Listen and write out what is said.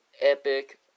epic